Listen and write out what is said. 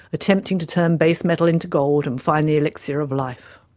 attempting to turn base metal into gold and find the elixir of life.